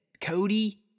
cody